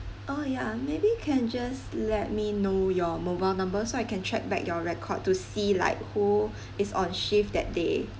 oh ya maybe can just let me know your mobile number so I can track back your record to see like who is on shift that day